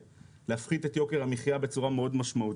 את יוקר המחיה בצורה מאוד משמעותית,